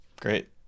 great